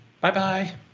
Bye-bye